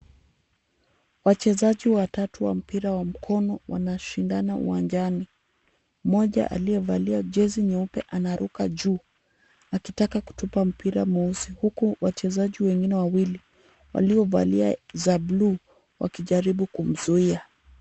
Wachezaji watatu wa mpira wa mkono wanashindana uwanjani. Mmoja aliyevalia jezi nyeupe anaruka juu akitaka kutupa mpira mweusi, huku wachezaji wengine wawili waliovalia za buluu wakijaribu kumzuia.